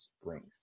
Springs